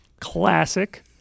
Classic